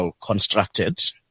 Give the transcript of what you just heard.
constructed